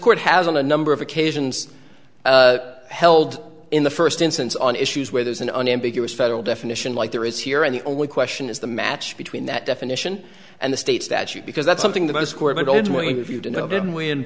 court has on a number of occasions held in the first instance on issues where there's an unambiguous federal definition like there is here and the only question is the match between that definition and the state statute because that's something that a score but only if you don't know